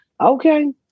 Okay